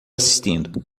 assistindo